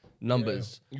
numbers